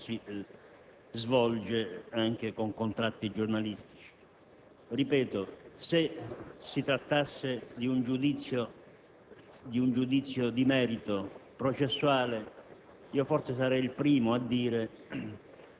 e di acquisire, anche nella sua veste di giornalista periodista, la qualità di senatore. Quindi, il problema non è tanto (intervengo nel merito)